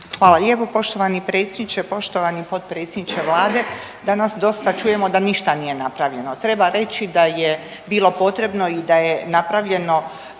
Hvala lijepo poštovani predsjedniče. Poštovani potpredsjedniče Vlade, danas dosta čujemo da ništa nije napravljeno. Treba reći da je bilo potrebno i da je napravljeno